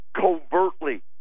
covertly